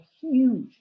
huge